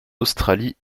australie